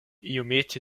iomete